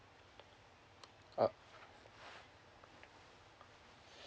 uh